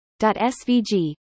SVG